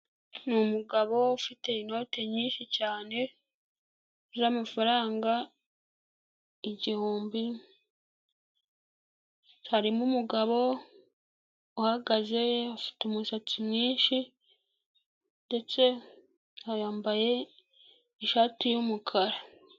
Ni umugabo ufite inote nyinshi cyane, z'amafaranga igihumbi, harimo umugabo uhagaze afite umusatsi mwinshi ndetse na yambaye ishati yumukara.